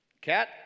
cat